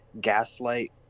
gaslight